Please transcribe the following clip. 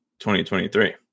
2023